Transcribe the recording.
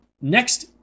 Next